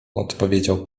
odpowiedział